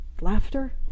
laughter